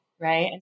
right